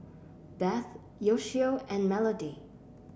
Beth Yoshio and Melody